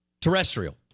Terrestrial